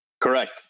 Correct